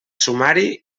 sumari